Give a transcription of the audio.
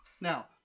Now